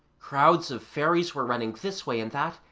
crowds of fairies were running this way and that,